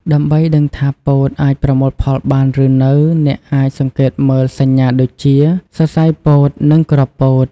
ដើម្បីដឹងថាពោតអាចប្រមូលផលបានឬនៅ អ្នកអាចសង្កេតមើលសញ្ញាដូចជា សរសៃពោត និងគ្រាប់ពោត។